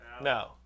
no